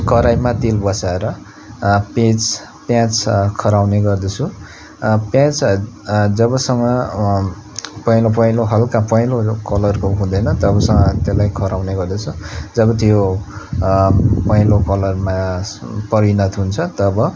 कराईमा तेल बसाएर पेज प्याज खराउने गर्दछु प्याज जबसम्म पहेँलो पहेँलो हल्का पहेँलो कलरको हुँदैन तबसम्म त्यसलाई खाराउने गर्दछु जब त्यो पहेँलो कलरमा परिणत हुन्छ तब